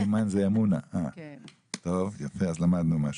למדנו משהו.